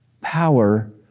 power